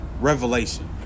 revelation